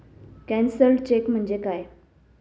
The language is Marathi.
कॅन्सल्ड चेक म्हणजे काय?